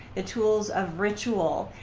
the tools of ritual,